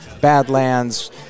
Badlands